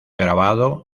grabado